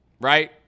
Right